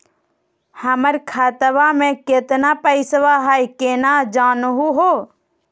हमर खतवा मे केतना पैसवा हई, केना जानहु हो?